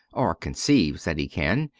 or conceives that he can,